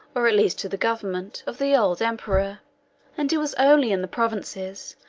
or at least to the government, of the old emperor and it was only in the provinces,